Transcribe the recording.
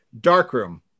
darkroom